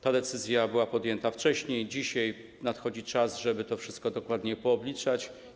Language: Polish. Ta decyzja była podjęta wcześniej, dzisiaj nadchodzi czas, żeby to wszystko dokładnie obliczyć.